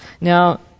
Now